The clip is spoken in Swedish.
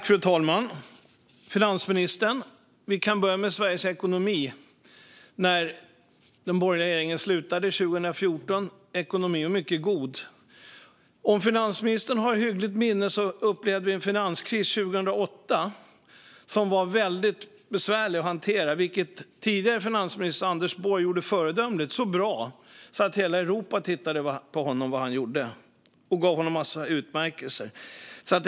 Fru talman! Låt oss börja med Sveriges ekonomi. När den borgerliga regeringen slutade 2014 var ekonomin mycket god. Finansministern kanske minns att vi upplevde en besvärlig finanskris 2008. Men tidigare finansminister Anders Borg hanterade den föredömligt, ja, så bra att hela Europa tittade på vad han gjorde och gav honom en massa utmärkelser.